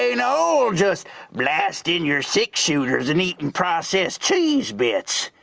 you know just blasting your six shooters and eating processed cheese bits.